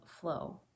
flow